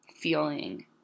feeling